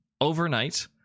overnight